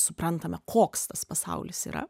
suprantame koks tas pasaulis yra